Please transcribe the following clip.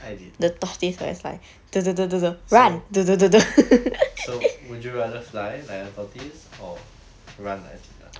I did so so would you rather fly like a tortoise or run like a cheetah